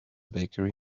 bakery